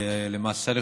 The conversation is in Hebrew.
למעשה,